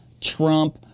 trump